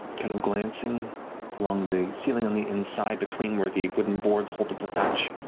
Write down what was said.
kind of glancing along the ceiling on the inside, between where the wooden boards hold up the thatch,